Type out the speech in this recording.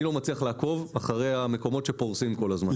אני לא מצליח לעקוב אחרי המקומות שפורסים כל הזמן.